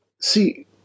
See